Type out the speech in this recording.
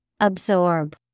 Absorb